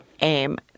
aim